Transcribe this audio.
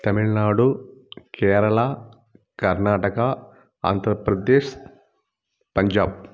Tamil Nadu Kerala Karnataka Andhra Pradesh Punjab